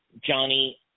Johnny